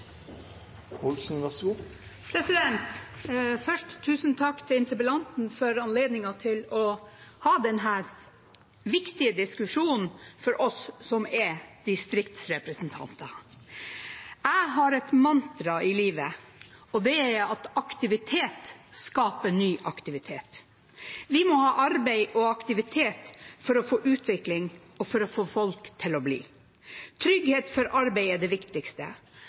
Først: Tusen takk til interpellanten for anledningen til å ha denne viktige diskusjonen for oss som er distriktsrepresentanter. Jeg har et mantra i livet, og det er at aktivitet skaper ny aktivitet. Vi må ha arbeid og aktivitet for å få utvikling og for å få folk til å bli. Trygghet for arbeid er det